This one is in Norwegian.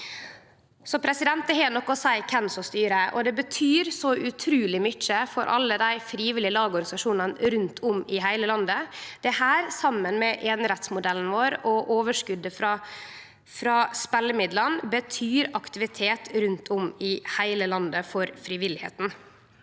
Det har altså noko å seie kven som styrer, og det betyr så utruleg mykje for alle dei frivillige laga og organisasjonane rundt om i heile landet. Dette, saman med einerettsmodellen vår og overskotet frå spelemidlane, betyr aktivitet rundt om i heile landet for frivilligheita.